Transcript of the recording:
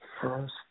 First